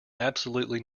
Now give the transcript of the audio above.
absolutely